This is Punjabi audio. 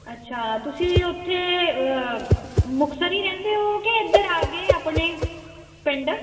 ਅੱਛਾ ਤੁਸੀਂ ਵੀ ਉੱਥੇ ਮੁਕਤਸਰ ਹੀ ਰਹਿੰਦੇ ਹੋ ਕਿ ਇੱਧਰ ਆ ਗਏ ਆਪਣੇ ਪਿੰਡ